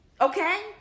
Okay